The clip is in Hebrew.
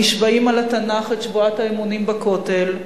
נשבעים על התנ"ך את שבועת האמונים בכותל,